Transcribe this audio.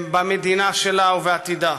במדינה שלה ובעתידה,